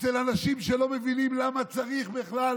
אצל אנשים שלא מבינים למה צריך בכלל